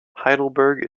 heidelberg